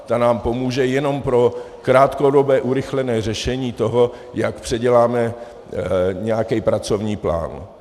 Ta nám pomůže jenom pro krátkodobé urychlené řešení toho, jak předěláme nějaký pracovní plán.